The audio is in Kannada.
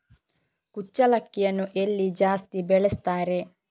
ಕುಚ್ಚಲಕ್ಕಿಯನ್ನು ಎಲ್ಲಿ ಜಾಸ್ತಿ ಬೆಳೆಸ್ತಾರೆ?